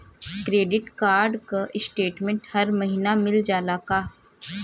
Credit card क statement हर महिना मिल जाला का?